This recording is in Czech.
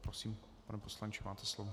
Prosím, pane poslanče, máte slovo.